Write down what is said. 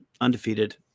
undefeated